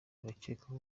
abakekwaho